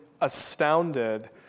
astounded